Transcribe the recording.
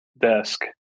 desk